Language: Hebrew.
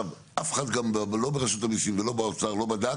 אף אחד, לא ברשות המיסים ולא באוצר, לא בדק.